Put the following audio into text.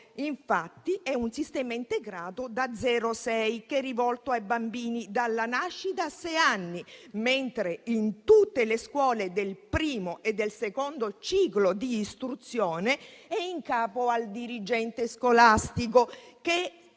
scolastico. È un sistema integrato 0-6, rivolto ai bambini dalla nascita a sei anni, mentre in tutte le scuole del primo e del secondo ciclo di istruzione è in capo al dirigente scolastico, che